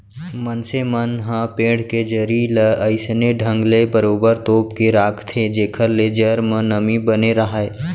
मनसे मन ह पेड़ के जरी ल अइसने ढंग ले बरोबर तोप के राखथे जेखर ले जर म नमी बने राहय